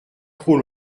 trop